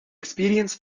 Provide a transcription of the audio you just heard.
experience